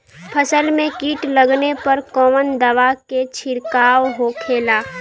फसल में कीट लगने पर कौन दवा के छिड़काव होखेला?